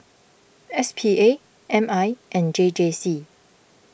S P A M I and J J C